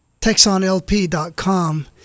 TexonLP.com